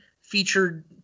featured